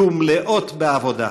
יהיו מלאות בעבודה.